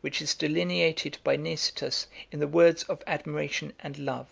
which is delineated by nicetas in the words of admiration and love